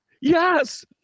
Yes